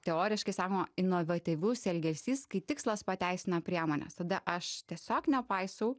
teoriškai sakoma inovatyvus elgesys kai tikslas pateisina priemones tada aš tiesiog nepaisau